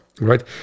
right